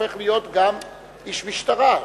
הופך להיות גם איש משטרה.